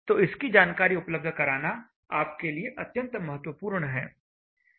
तो इसकी जानकारी उपलब्ध कराना आपके लिए अत्यंत महत्वपूर्ण है